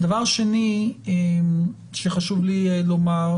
דבר שני שחשוב לי לומר,